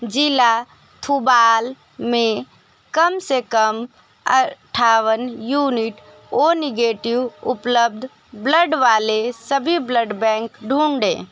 ज़िला थौबल में कम से कम अट्ठावन यूनिट ओ निगेटिव उपलब्ध ब्लड वाले सभी ब्लड बैंक ढूँढें